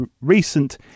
recent